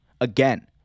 again